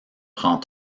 prend